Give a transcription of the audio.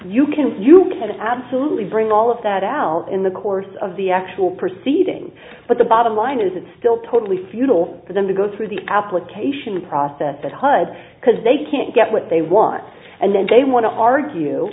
can you can absolutely bring all of that out in the course of the actual proceeding but the bottom line is it's still totally futile for them to go through the application process that hud because they can't get what they want and then they want to argue